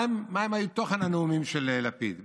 מה היה תוכן הנאומים של לפיד,